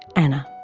anna.